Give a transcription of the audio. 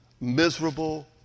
miserable